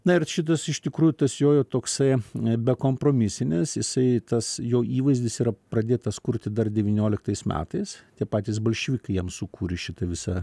na ir šitas iš tikrųjų tas jojo toksai bekompromisinis jisai tas jo įvaizdis yra pradėtas kurti dar devynioliktais metais tie patys bolševikai jam sukūrė šitą visą